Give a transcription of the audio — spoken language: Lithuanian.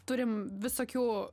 turim visokių